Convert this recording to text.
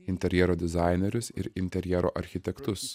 interjero dizainerius ir interjero architektus